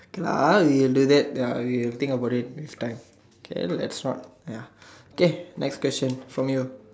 okay lah we will do that uh we will think about it next time okay that's right ya okay next question from you